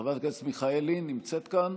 חברת הכנסת מיכאלי נמצאת כאן?